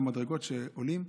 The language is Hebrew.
עם מדרגות שעולים,